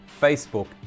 Facebook